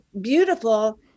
beautiful